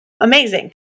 Amazing